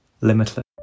limitless